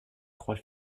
trois